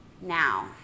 now